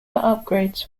upgrades